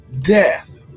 death